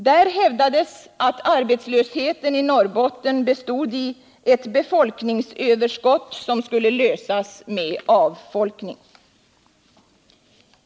Där hävdades att arbetslösheten i Norrland bestod i ett befolkningsöverskott och skulle avhjälpas genom avfolkning.